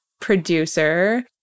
producer